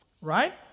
Right